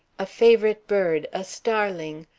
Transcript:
a favorite bird, a starling.